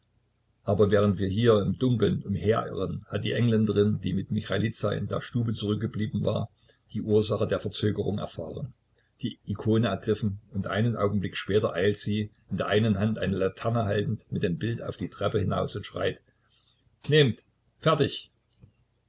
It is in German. aber während wir hier im dunkeln umherirren hatte die engländerin die mit michailiza in der stube zurückgeblieben war die ursache der verzögerung erfahren die ikone ergriffen und einen augenblick später eilt sie in der einen hand eine laterne haltend mit dem bild auf die treppe hinaus und schreit nehmt fertig